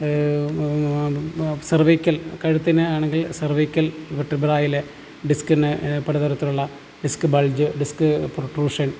cervical കഴുത്തിന് ആണെങ്കിൽ cervical വെർട്ടിബ്രായിൽ ഡിസ്കിന് പല തരത്തിലുള്ള ഡിസ്ക് ബൾജ് ഡിസ്ക് പ്രൊക്രൂഷൻ